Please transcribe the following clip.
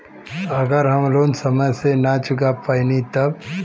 अगर हम लोन समय से ना चुका पैनी तब?